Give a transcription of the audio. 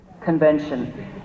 convention